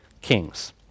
kings